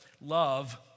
love